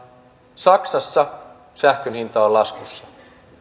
saksassa sähkön hinta on laskussa